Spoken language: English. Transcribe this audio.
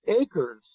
acres